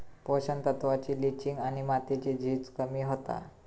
पोषक तत्त्वांची लिंचिंग आणि मातीची झीज कमी होता